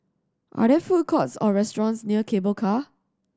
are there food courts or restaurants near Cable Car